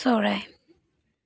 চৰাই